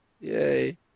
Yay